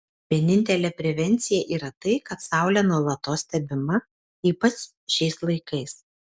vienintelė prevencija yra tai kad saulė nuolatos stebima ypač šiais laikais